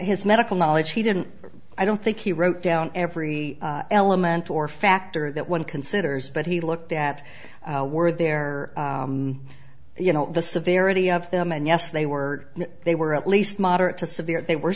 his medical knowledge he didn't i don't think he wrote down every element or factor that one considers but he looked at were there you know the severity of them and yes they were they were at least moderate to severe they were